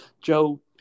Joe